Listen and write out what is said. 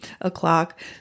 o'clock